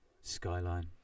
skyline